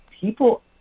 People